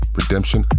redemption